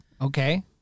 Okay